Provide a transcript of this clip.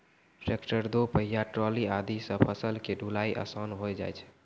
tractor, दो पहिया trolley आदि सॅ फसल के ढुलाई आसान होय जाय छै